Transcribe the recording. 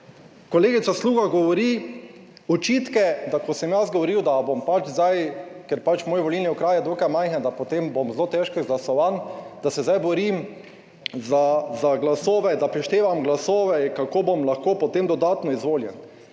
kolegica Sluga govori očitke, da ko sem jaz govoril, da bom pač zdaj, ker pač moj volilni okraj je dokaj majhen, da potem bom zelo težko izglasovan, da se zdaj borim za glasove, da preštevam glasove, kako bom lahko potem dodatno izvoljen.